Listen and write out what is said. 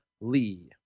Lee